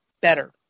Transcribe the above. better